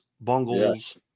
bungles